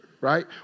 Right